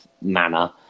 manner